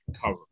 cover